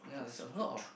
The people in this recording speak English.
ya there's a lot of